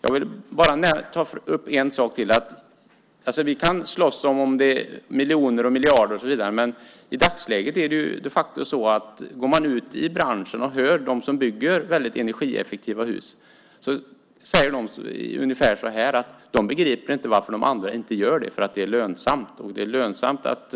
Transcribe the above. Jag vill bara ta upp en sak till: Vi kan slåss om det handlar om miljoner eller miljarder, men i dagsläget är det de facto så att om man går till branschen och hör med dem som bygger väldigt energieffektiva hus säger de ungefär så här: Vi begriper inte varför andra inte gör det. Det är ju lönsamt. Det är lönsamt att